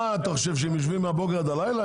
שהם יושבים מהבוקר עד הלילה?